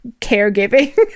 caregiving